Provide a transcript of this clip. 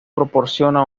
proporciona